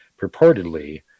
Purportedly